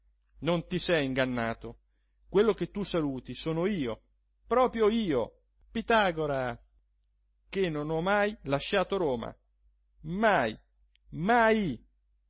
non ti sei ingannato quello che tu saluti sono io proprio io pitagora che non ho mai lasciato roma mai mai